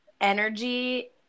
energy